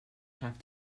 have